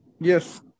Yes